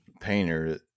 painter